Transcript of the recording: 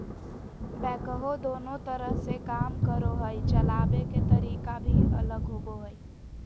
backhoe दोनों तरह से काम करो हइ, चलाबे के तरीका भी अलग होबो हइ